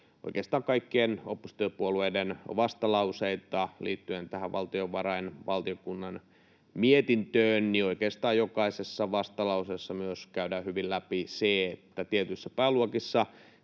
oikeastaan kaikkien oppositiopuolueiden vastalauseita liittyen tähän valtiovarainvaliokunnan mietintöön, niin oikeastaan jokaisessa vastalauseessa myös käydään hyvin läpi se, että tietyissä pääluokissa